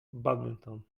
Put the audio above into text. badminton